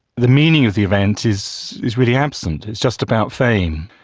the meaning of the event is is really absent, it's just about fame.